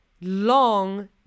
long